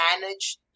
manage